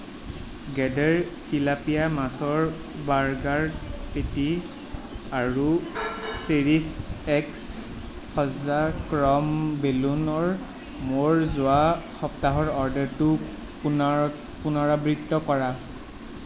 গেডেৰ tilapia মাছৰ burger patty আৰু series X সজ্জা ক্ৰ'ম বেলুনৰ মোৰ যোৱা সপ্তাহৰ অৰ্ডাৰটোৰ পুনৰ পুনৰাবৃত্তি কৰা